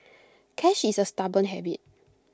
cash is A stubborn habit